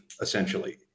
essentially